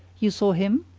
you saw him?